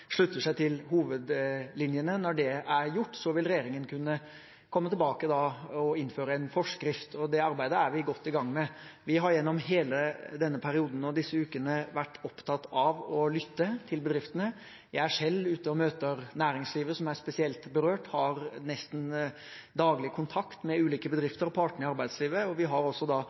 slutter seg til hovedlinjene. Når det er gjort, vil regjeringen kunne komme tilbake og innføre en forskrift, og det arbeidet er vi godt i gang med. Vi har gjennom hele denne perioden og disse ukene vært opptatt av å lytte til bedriftene. Jeg er selv ute og møter næringslivet som er spesielt berørt. Jeg har nesten daglig kontakt med ulike bedrifter og partene i arbeidslivet. Vi har også justert noen av ordningene underveis, og vi vil også